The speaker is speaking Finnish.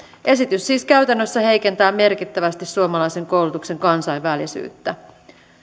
esitys siis käytännössä heikentää merkittävästi suomalaisen koulutuksen kansainvälisyyttä